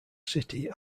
city